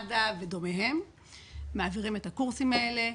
מד"א ודומיהם מעבירים את הקורסים האלה.